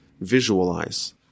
visualize